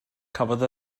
cafodd